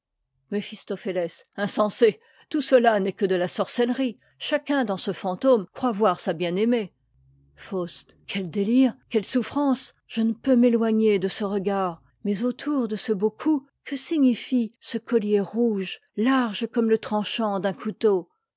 mëpmstophelès insensé tout cela n'est que de la sorcellerie c chacun dans ce fantôme croit voir sa bien-aimée faust quel délire quelle souffrance je ne peux m'étoigner de ce regard mais autour de ce beau cou que signifie ce collier rouge large comme le tranchant d'un couteau